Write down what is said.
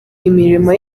imirimo